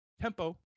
Tempo